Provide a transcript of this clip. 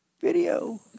Video